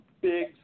big